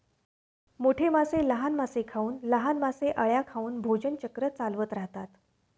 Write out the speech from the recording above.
मोठे मासे लहान मासे खाऊन, लहान मासे अळ्या खाऊन भोजन चक्र चालवत राहतात